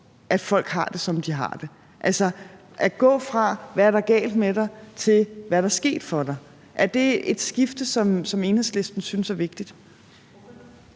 at folk har det, som de har det, altså at gå fra »hvad er der galt med dig?« til »hvad er der sket for dig?«? Er det et skifte, som Enhedslisten synes er vigtigt?